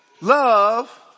Love